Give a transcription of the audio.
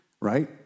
right